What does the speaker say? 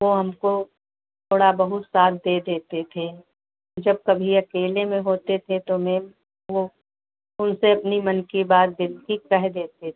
वो हमको थोड़ा बहुत साथ दे देते थे जब कभी अकेले में होते थे तो मेम वो उनसे अपनी मन की बात बिनती कहे देते थे